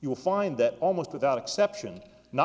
you'll find that almost without exception not